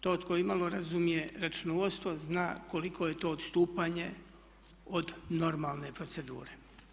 To tko imalo razumije računovodstvo zna koliko je to odstupanje od normalne procedure.